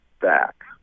back